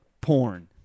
porn